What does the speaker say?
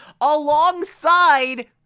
Alongside